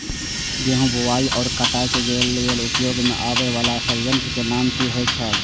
गेहूं बुआई आ काटय केय लेल उपयोग में आबेय वाला संयंत्र के नाम की होय छल?